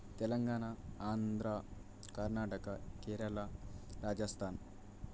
Telangana Andhra Karnataka Kerala Rajasthan